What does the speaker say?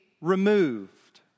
removed